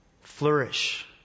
flourish